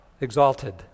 exalted